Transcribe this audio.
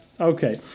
Okay